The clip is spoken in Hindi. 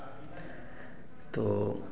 तो